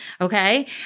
okay